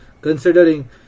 Considering